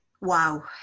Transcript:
Wow